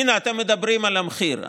הינה, אתם מדברים על המחיר.